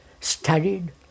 studied